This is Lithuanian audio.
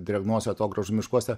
drėgnuose atogrąžų miškuose